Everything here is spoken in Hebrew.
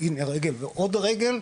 הנה רגל ועוד רגל.